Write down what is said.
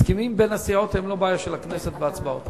הסכמים בין הסיעות הם לא בעיה של הכנסת בהצבעות.